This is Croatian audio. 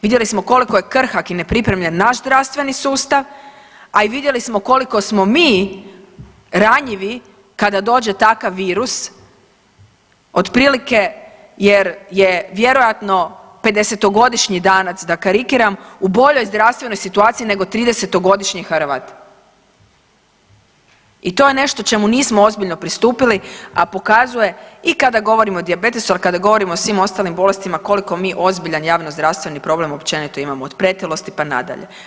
Vidjeli smo koliko je krhak i nepripremljen naš zdravstveni sustav, a i vidjeli smo koliko smo mi ranjivi kada dođe takav virus otprilike jer je vjerojatno 50-godišnji Danac da karikiram, u boljoj zdravstvenoj situaciji nego 30-godišnji Hrvat i to je nešto čemu nismo ozbiljno pristupili, a pokazuje i kada govorimo o dijabetesu, ali i kada govorimo o svim ostalim bolestima koliko mi ozbiljan javnozdravstveni problem općenito imamo od pretilosti pa nadalje.